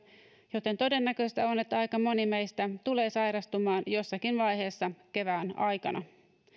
joten todennäköistä on että aika moni meistä tulee sairastumaan jossakin vaiheessa kevään aikana